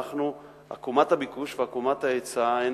עקומת הביקוש ועקומת ההיצע,